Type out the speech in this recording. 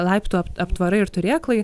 laiptų aptvarai ir turėklai